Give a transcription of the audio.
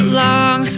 long